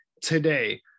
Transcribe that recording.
today